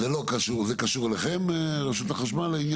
זה קשור אליכם העניין הזה, רשות החשמל?